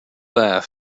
laugh